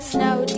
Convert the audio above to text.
Snow